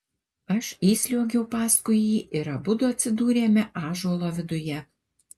aš įsliuogiau paskui jį ir abudu atsidūrėme ąžuolo viduje